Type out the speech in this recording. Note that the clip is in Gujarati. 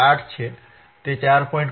8 છે તે 4